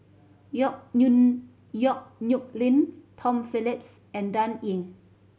Yong Yong Nyuk Lin Tom Phillips and Dan Ying